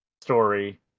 story